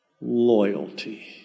Loyalty